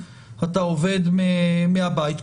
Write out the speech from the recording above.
אתה עובד מהבית.